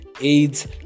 aids